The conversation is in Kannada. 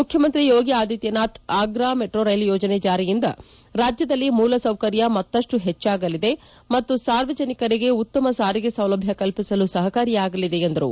ಮುಖ್ಯಮಂತ್ರಿ ಯೋಗಿ ಆದಿತ್ಯನಾಥ್ ಆಗ್ರಾ ಮೆಟ್ರೋ ರೈಲು ಯೋಜನೆ ಜಾರಿಯಿಂದ ರಾಜ್ಯದಲ್ಲಿ ಮೂಲಸೌಕರ್ಯ ಮತ್ತಷ್ಟು ಹೆಚ್ಚಾಗಲಿದೆ ಮತ್ತು ಸಾರ್ವಜನಿಕರಿಗೆ ಉತ್ತಮ ಸಾರಿಗೆ ಸೌಲಭ್ಯ ಕಲ್ಲಿಸಲು ಸಹಕಾರಿಯಾಗಲಿದೆ ಎಂದರು